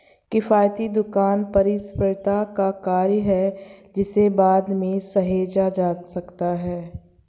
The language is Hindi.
किफ़ायती दुकान परिसंपत्ति का कार्य है जिसे बाद में सहेजा जा सकता है